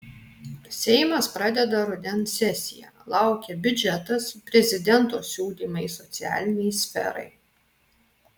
seimas pradeda rudens sesiją laukia biudžetas prezidento siūlymai socialinei sferai